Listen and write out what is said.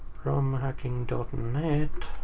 romhacking net,